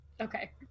Okay